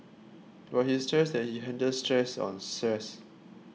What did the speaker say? but he stressed that he handled stress on